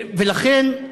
לכן,